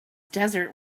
desert